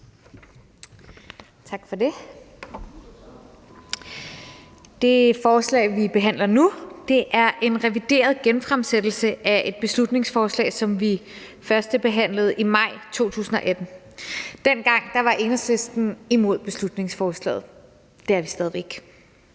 Tak for det. Det forslag, vi behandler nu, er en revideret genfremsættelse af et beslutningsforslag, som vi førstebehandlede i maj 2018. Dengang var Enhedslisten imod beslutningsforslaget. Det er vi stadig væk.